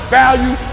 value